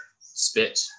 spit